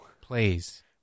Please